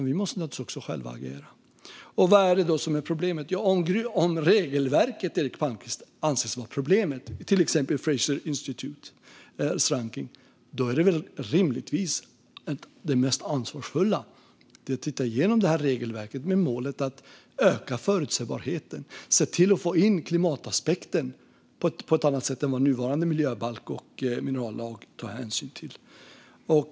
Vi måste naturligtvis också agera. Vad är det då som är problemet? Ja, om regelverket anses vara problemet i till exempel Fraser Institutes rankning, Eric Palmqvist, är väl rimligtvis det mest ansvarsfulla att titta igenom regelverket med målet att öka förutsägbarheten och få in klimataspekten på ett annat sätt än vad nuvarande miljöbalk och minerallag tar hänsyn till.